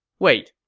wait,